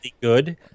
good